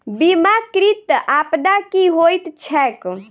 बीमाकृत आपदा की होइत छैक?